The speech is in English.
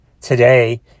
today